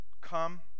Come